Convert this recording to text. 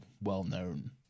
well-known